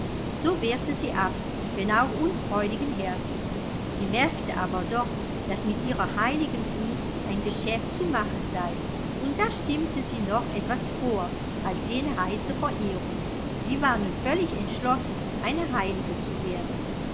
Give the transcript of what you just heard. so wehrte sie ab wenn auch unfreudigen herzens sie merkte aber doch daß mit ihrer heiligen kunst ein geschäft zu machen sei und das stimmte sie noch etwas froher als jene heiße verehrung sie war nun völlig entschlossen eine heilige zu werden